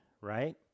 right